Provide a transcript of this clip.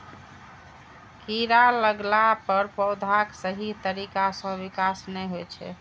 कीड़ा लगला पर पौधाक सही तरीका सं विकास नै होइ छै